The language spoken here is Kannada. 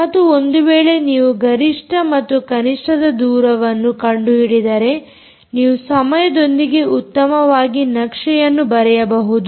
ಮತ್ತು ಒಂದು ವೇಳೆ ನೀವು ಗರಿಷ್ಠ ಮತ್ತು ಕನಿಷ್ಠದ ದೂರವನ್ನು ಕಂಡು ಹಿಡಿದರೆ ನೀವು ಸಮಯದೊಂದಿಗೆ ಉತ್ತಮವಾಗಿ ನಕ್ಷೆಯನ್ನು ಬರೆಯಬಹುದು